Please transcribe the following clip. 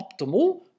optimal